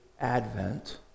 Advent